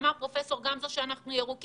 כשאמר פרופ' גמזו שאנחנו ירוקים,